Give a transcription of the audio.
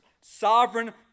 sovereign